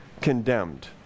condemned